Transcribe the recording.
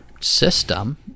system